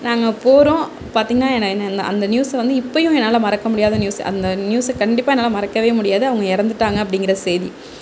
நாங்கள் போகிறோம் பார்த்திங்கன்னா அந்த நியூஸை வந்து இப்பவும் என்னால் மறக்க முடியாத நியூஸ் அந்த நியூஸ் கண்டிப்பாக என்னால் மறக்க முடியாது அவங்க இறந்துட்டாங்க அப்படிங்கற செய்தி